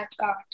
card